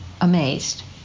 amazed